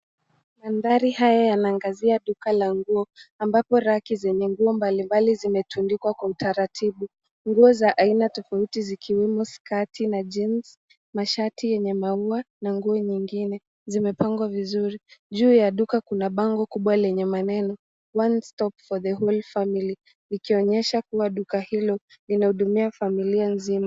Mandhari haya yanaangazia duka la nguo, ambapo raki zenye nguo mbalimbali, zimetundikwa kwa utaratibu. Nguo za aina tofauti zikiwemo sketi na jeans , mashati yenye maua na nguo zingine, zimepangwa vizuri. Juu ya duka kuna bango kubwa lenye maneno one stop for the whole family , ikionyesha kuwa duka hilo linahudumia familia nzima.